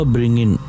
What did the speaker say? Bring-In